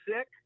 sick